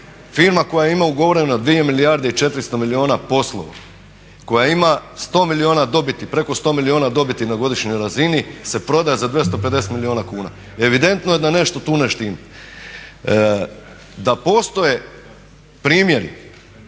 Firma koja ima ugovoreno 2 milijarde i 400 milijuna poslova, koja ima 100 milijuna dobiti, preko 100 milijuna dobiti na godišnjoj razini se proda za 250 milijuna kuna. Evidentno je da nešto tu ne štima. Da postoje primjeri,